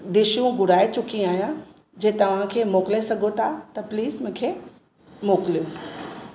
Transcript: डिशूं घुराए चुकी आहियां जे तव्हांखे मोकिले सघो था प्लीस मूंखे मोकिलियो